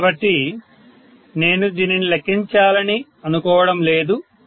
కాబట్టి నేను దీనిని లెక్కించాలని అనుకోవడంలేదు